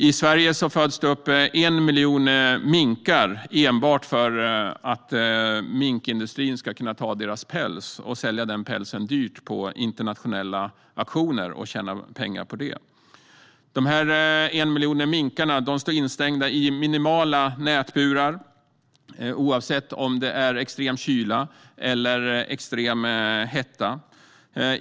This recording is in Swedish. I Sverige föds det upp 1 miljon minkar enbart för att minkindustrin ska kunna ta deras päls och sälja den dyrt på internationella auktioner för att tjäna pengar. Dessa 1 miljon minkar står instängda i minimala nätburar oavsett om det är extrem kyla eller extrem hetta.